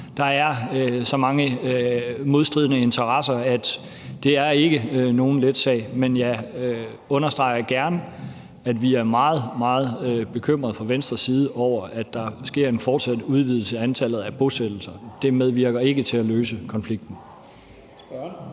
Der er så mange modstridende interesser, at det ikke er nogen let sag, men jeg understreger gerne, at vi er meget, meget bekymrede fra Venstres side over, at der sker en fortsat udvidelse af antallet af bosættelser. Det medvirker ikke til at løse konflikten.